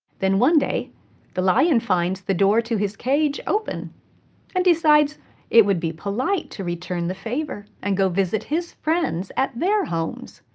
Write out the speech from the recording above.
then one day the lion finds the door to his cage open and decides that it would be polite to return the favor and go visit his friends at their homes,